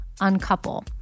uncouple